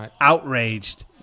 outraged